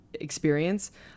experience